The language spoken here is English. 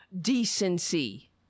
decency